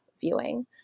viewing